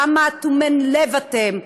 כמה אטומי לב אתם,